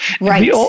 Right